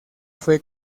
fue